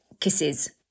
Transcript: Kisses